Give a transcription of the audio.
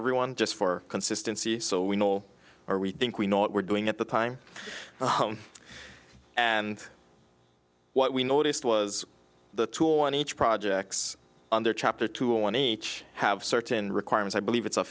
everyone just for consistency so we know or we think we know what we're doing at the time and what we noticed was the tool on each projects on their chapter tool any have certain requirements i believe it's a